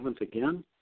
again